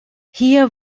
hier